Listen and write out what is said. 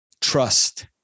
trust